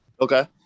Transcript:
Okay